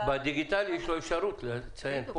בדיגיטלי יש לו אפשרות לציין.